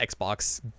Xbox